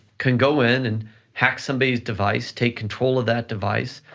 can go in and hack somebody's device, take control of that device,